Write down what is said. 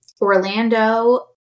Orlando